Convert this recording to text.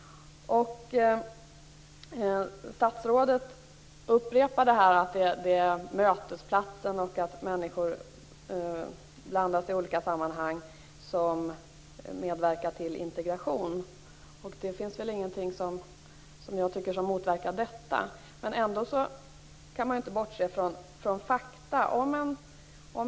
Statsrådet upprepade att mötesplatser och en blandning av människor i olika sammanhang medverkar till integration. Det finns väl ingenting som motsäger det, men man kan ändå inte bortse från fakta.